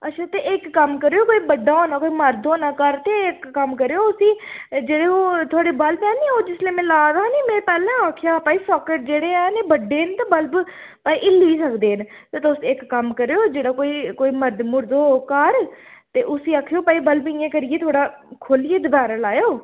अच्छा ते इक कम्म करेओ कोई बड्डा होना कोई मर्द होना घर ते इक कम्म करेओ उस्सी जेह्ड़े ओह् थुआढ़े बल्ब ऐ निं ओह् जिसलै में ला दा हा निं में पैह्लें आखेआ हा भाई साकेट जेह्ड़े हैन एह् बड्डे न ते बल्ब हिल्ली बी सकदे न ते तुस इक कम्म करेओ जेह्ड़ा कोई कोई मर्द मुर्द होग घर ते उस्सी आखेओ भाई बल्ब इ'यां करियै थोह्ड़ा खोह्ल्लियै दोबारा लाएओ